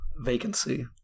vacancy